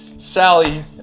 Sally